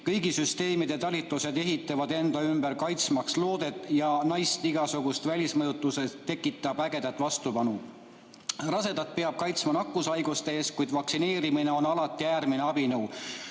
kõigi süsteemide talitused ehitavad end ümber, kaitsmaks loodet ja naist. Igasugused välismõjutused tekitavad ägedat vastupanu. Rasedat peab kaitsma nakkushaiguste ees, kuid vaktsineerimine on alati äärmine abinõu,